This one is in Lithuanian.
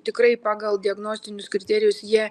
tikrai pagal diagnostinius kriterijus jie